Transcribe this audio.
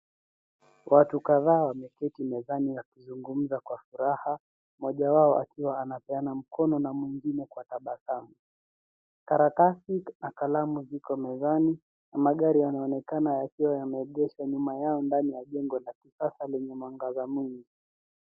Watu kadhaa wameketi mezani wakizungumza kwa furaha mmoja wao akiwa anapeana mkono na mwingine kwa tabasamu. Karatasi na kalamu ziko mezani na magari yanaonekana yakiwa yameegeshwa nyuma yao ndani ya jengo la kisasa lenye mwangaza mwingi.